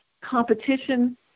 competition